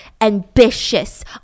ambitious